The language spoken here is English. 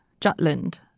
Jutland